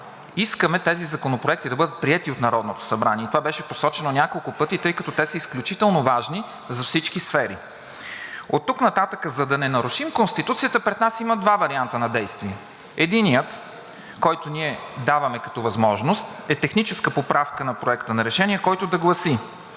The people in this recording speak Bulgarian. искаме тези законопроекти да бъдат приети от Народното събрание. Това беше посочено няколко пъти, тъй като те са изключително важни за всички сфери. Оттук нататък, за да не нарушим Конституцията, пред нас има два варианта на действие. Единият, който ние даваме като възможност, е техническа поправка на Проекта на решение, който да гласи: